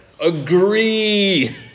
Agree